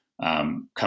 Come